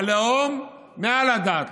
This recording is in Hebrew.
הלאום מעל הדת.